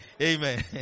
Amen